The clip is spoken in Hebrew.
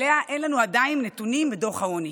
שעליה אין לנו עדיין נתונים בדוח העוני.